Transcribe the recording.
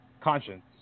conscience